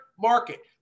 market